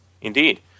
Indeed